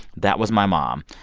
that was my mom.